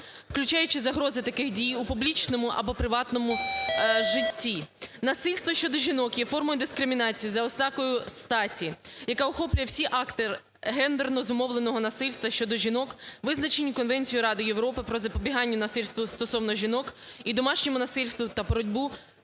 включаючи загрози таких дій у публічному або приватному житті. Насильство щодо жінок є формою дискримінації за ознакою статі, яка охоплює всі акти гендерно зумовленого насильства щодо жінок визначені Конвенцією Ради Європи про запобігання насильству стосовно жінок і домашньому насильству та боротьбу